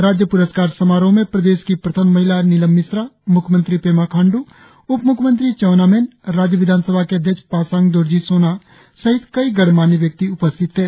राज्य प्रस्कार समारोह में प्रदेश की प्रथम महिला नीलम मिश्रा मुख्यमंत्री पेमा खाण्डू उपमुख्यमंत्री चाउना मेन राज्य विधानसभा के अध्यक्ष पासांग दोरजी सोना सहित कई गणमान्य व्यक्ति मौजूद थे